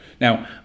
Now